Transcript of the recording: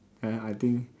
ya I think